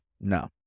No